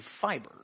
fiber